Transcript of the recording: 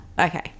Okay